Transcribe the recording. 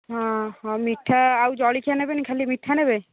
ହଁ ହଁ ମିଠା ଆଉ ଜଳଖିଆ ନେବେନି ଖାଲି ମିଠା ନେବେ